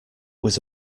was